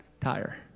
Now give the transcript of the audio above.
tire